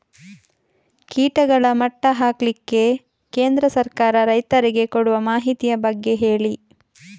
ಕೀಟಗಳ ಮಟ್ಟ ಹಾಕ್ಲಿಕ್ಕೆ ಕೇಂದ್ರ ಸರ್ಕಾರ ರೈತರಿಗೆ ಕೊಡುವ ಮಾಹಿತಿಯ ಬಗ್ಗೆ ಹೇಳಿ